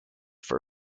for